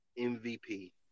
MVP